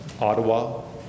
Ottawa